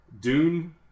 Dune